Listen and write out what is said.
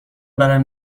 برایم